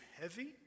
heavy